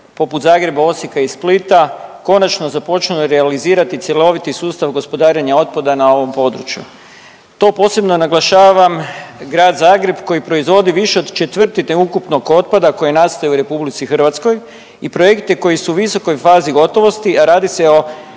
poput Zagreba, Osijeka i Splita konačno započnu realizirati cjeloviti sustav gospodarenja otpada na ovom području. To posebno naglašavam Grad Zagreb koji proizvodi više od četvrtine ukupnog otpada koji nastaje u RH i projekte koji su u visokoj fazi gotovosti, a radi se o